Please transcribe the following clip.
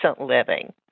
living